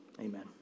Amen